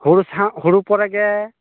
ᱦᱩᱲᱩ ᱥᱟᱶ ᱦᱩᱲᱩ ᱯᱚᱨᱮᱜᱮ